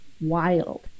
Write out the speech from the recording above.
wild